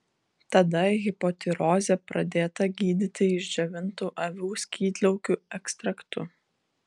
tada hipotirozė pradėta gydyti išdžiovintu avių skydliaukių ekstraktu